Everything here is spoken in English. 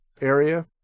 area